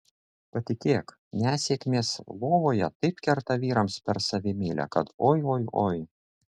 patikėk nesėkmės lovoje taip kerta vyrams per savimeilę kad oi oi oi